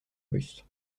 russes